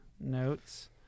notes